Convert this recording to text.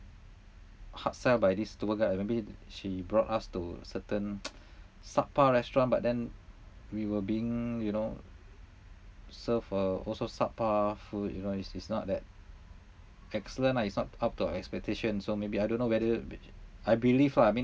hard sell by this tour guide ah maybe she brought us to certain sub par restaurant but then we were being you know served uh also sub par food you know it's it's not that excellent lah it's not up to our expectation so maybe I don't whether I believe ah I mean